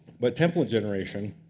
but template generation